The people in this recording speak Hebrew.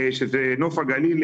שזה נוף הגליל,